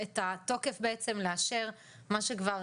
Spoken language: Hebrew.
בית והוראות שונות)(הוראת שעה) (תיקון מס'